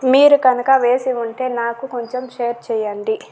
మీరు కనక వేసి ఉంటే నాకు కొంచెం షేర్ చేయండి